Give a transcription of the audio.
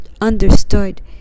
understood